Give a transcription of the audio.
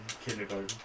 kindergarten